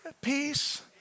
peace